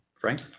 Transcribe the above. Frank